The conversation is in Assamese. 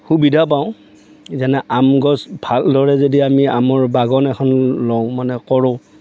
সুবিধা পাওঁ যেনে আম গছ ভালদৰে যদি আমি আমৰ বাগান এখন লওঁ মানে কৰোঁ